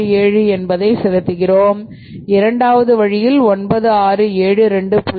67 என்பதை செலுத்துகிறோம் இரண்டாவது வழியில் 967 2